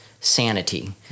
sanity